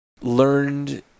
learned